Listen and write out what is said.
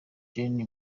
johnny